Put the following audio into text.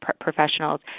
professionals